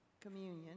communion